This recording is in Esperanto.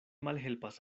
malhelpas